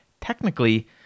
Technically